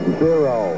zero